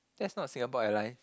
that's not Singapore Airlines